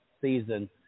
season